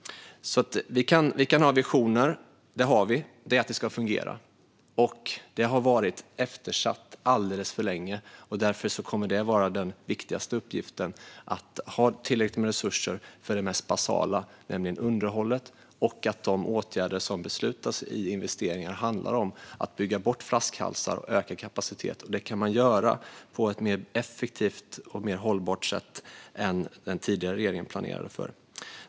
Vi kan ha visioner, och det har vi. Det är att det ska fungera. Det har varit eftersatt alldeles för länge. Därför kommer det att vara den viktigaste uppgiften att ha tillräckligt med resurser för det mest basala, vilket är underhållet. De åtgärder som beslutas i investeringar handlar om att bygga bort flaskhalsar och öka kapacitet. Det kan man göra på ett mer effektivt och hållbart sätt än vad den tidigare regeringen planerade för.